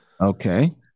Okay